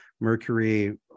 Mercury